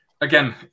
again